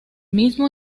mismo